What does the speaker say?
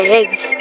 eggs